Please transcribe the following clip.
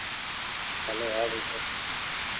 चलो आओ बैठो